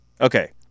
Okay